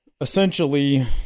essentially